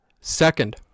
Second